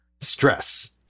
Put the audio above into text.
stress